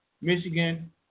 Michigan